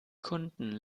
kunden